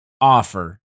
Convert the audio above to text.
offer